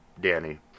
danny